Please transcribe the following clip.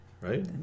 right